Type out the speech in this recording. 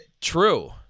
true